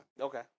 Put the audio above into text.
Okay